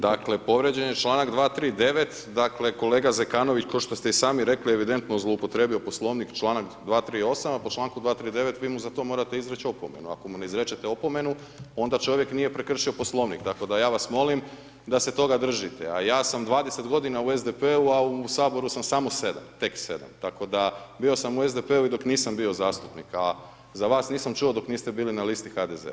Dakle, povrijeđen je čl. 239., dakle, kolega Zekanović, košto ste i sami rekli, evidentno je zloupotrijebio Poslovnik, čl. 238., a po čl. 239. vi mu za to morate izreći opomenu, ako mu ne izrečete opomenu, onda čovjek nije prekršio Poslovnik, tako da ja vas molim da se toga držite, a ja sam 20 godina u SDP-u, a u HS sam samo 7, tek 7, tako da bio sam u SDP-u i dok nisam bio zastupnik, a za vas nisam čuo dok niste bili na listi HDZ-a.